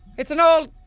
it's an old.